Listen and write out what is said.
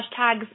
hashtags